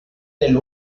del